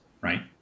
right